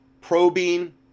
probing